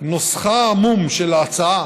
נוסחה העמום של ההצעה